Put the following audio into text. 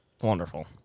Wonderful